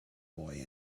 boy